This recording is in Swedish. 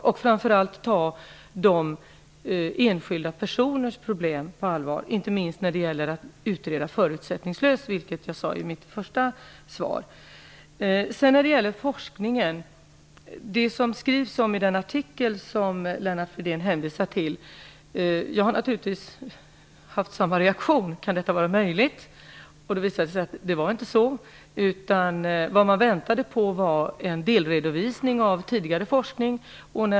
Man måste framför allt ta de enskilda personernas problem på allvar. Det gäller inte minst att genomföra förutsättningslösa utredningar, vilket jag sade i mitt svar. Så till frågan om forskning. Jag har naturligtvis reagerat på samma sätt som Lennart Fridén över den artikel han hänvisade till. Jag har undrat om det här verkligen är möjligt. Det visade sig då att det inte var på det sättet. Man väntade på en delredovisning av tidigare forskning.